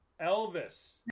Elvis